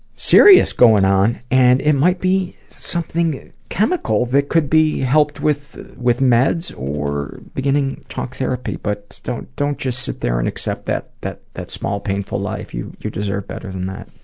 serious going on, and it might be something chemical that could be helped with with meds or beginning talk therapy, but don't don't just sit there and accept that that small, painful life. you you deserve better than that.